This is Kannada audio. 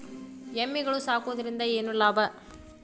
ಎಮ್ಮಿಗಳು ಸಾಕುವುದರಿಂದ ಏನು ಲಾಭ?